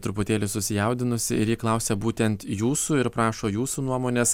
truputėlį susijaudinusi ir ji klausia būtent jūsų ir prašo jūsų nuomonės